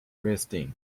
resting